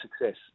success